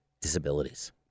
disabilities